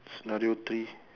scenario three